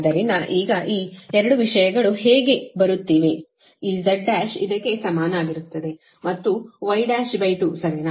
ಆದ್ದರಿಂದ ಈಗ ಈ 2 ವಿಷಯಗಳು ಹೇಗೆ ಬರುತ್ತಿವೆ ಈ Z1 ಇದಕ್ಕೆ ಸಮನಾಗಿರುತ್ತದೆ ಮತ್ತು ಇದು Y12 ಸರಿನಾ